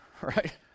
right